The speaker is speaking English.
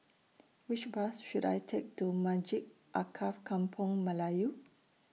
Which Bus should I Take to Masjid Alkaff Kampung Melayu